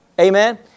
amen